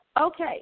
Okay